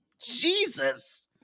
Jesus